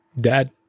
dad